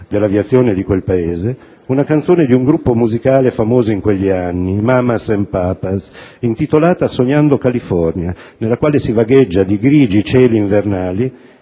dell'aviazione di quel Paese, una canzone di un gruppo musicale famoso in quegli anni, i "Mamas and Papas", intitolata "Sognando California", nella quale si vagheggia di grigi cieli invernali